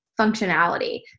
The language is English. functionality